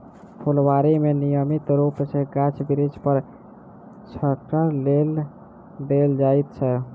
फूलबाड़ी मे नियमित रूप सॅ गाछ बिरिछ पर छङच्चा देल जाइत छै